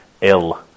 ill